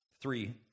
Three